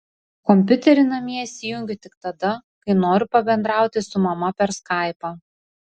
kompiuterį namie įsijungiu tik tada kai noriu pabendrauti su mama per skaipą